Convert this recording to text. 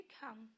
come